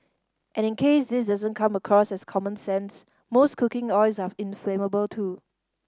and in case this doesn't come across as common sense most cooking oils are inflammable too